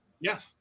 Yes